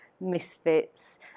misfits